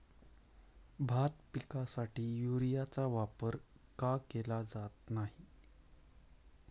भात पिकासाठी युरियाचा वापर का केला जात नाही?